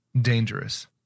dangerous